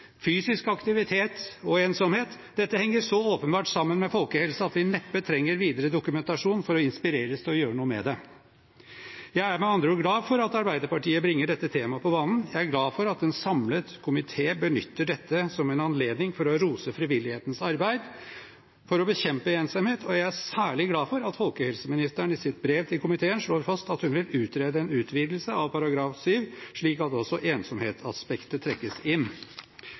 ensomhet, osv. Dette henger så åpenbart sammen med folkehelse at vi neppe trenger videre dokumentasjon for å inspireres til å gjøre noe med det. Jeg er med andre ord glad for at Arbeiderpartiet bringer dette temaet på banen, jeg er glad for at en samlet komité benytter dette som en anledning for å rose frivillighetens arbeid for å bekjempe ensomhet, og jeg er særlig glad for at folkehelseministeren i sitt brev til komiteen slår fast at hun vil utrede en utvidelse av § 7 slik at også ensomhetsaspektet trekkes inn.